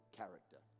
character